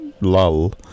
lull